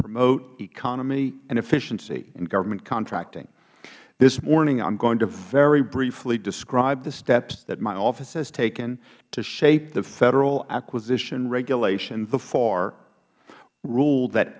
promote economy and efficiency in government contracting this morning i am going to very briefly describe the steps that my office has taken to shape the federal acquisition regulation the far rule that